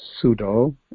pseudo